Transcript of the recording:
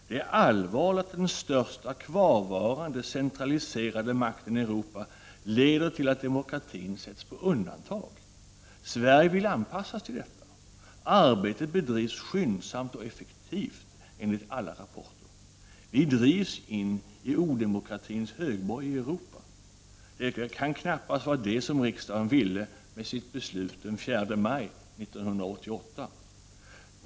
Det är allvarligt att den största kvarvarande centraliserade makten i Europa leder till att demokratin sätts på undantag. Sverige vill anpassa sig till detta. Arbetet bedrivs skyndsamt och effektivt enligt alla rapporter. Vi drivs in i odemokratins högborg i Europa. Det kan knappast vara detta som riksdagen ville uppnå med sitt beslut den 4 maj 1988.